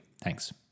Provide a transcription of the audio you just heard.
Thanks